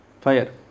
fire